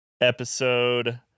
episode